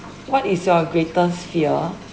what is your greatest fear